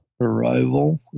arrival